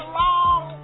long